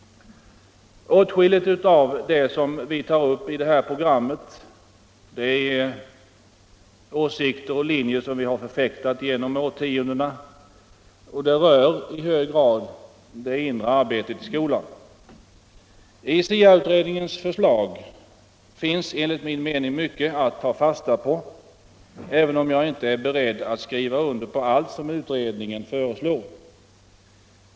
Åtskilligt av det som vi tar upp i vårt program är åsikter och linjer som vi länge har förfäktat och rör i hög grad det inre arbetet i skolan. I SIA-utredningens förslag finns enligt min mening mycket att ta fasta på, även om man inte kan skriva under på allt som utredningen föreslår.